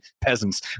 peasants